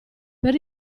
per